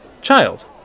Child